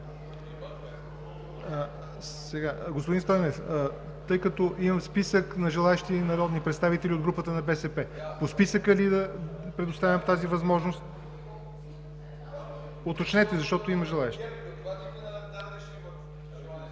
Господин Стойнев, тъй като имам списък на желаещи народни представители от групата на БСП, по списъка ли да предоставям тази възможност? Уточнете, защото има желаещи.